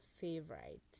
favorite